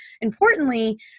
importantly